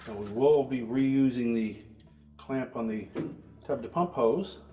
will be reusing the clamp on the tub to pump hose